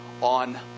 on